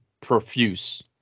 profuse